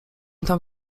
tam